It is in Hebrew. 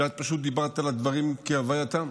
שאת פשוט דיברת על הדברים כהווייתם,